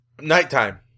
nighttime